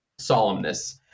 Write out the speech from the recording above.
solemnness